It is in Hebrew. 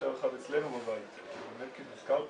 --- היותר רחב אצלנו --- הוזכר פה,